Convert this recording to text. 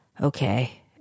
okay